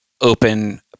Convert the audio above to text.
open